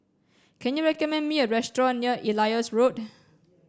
can you recommend me a restaurant near Elias Road